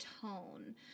tone